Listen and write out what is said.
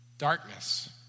darkness